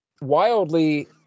wildly